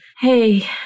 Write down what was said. Hey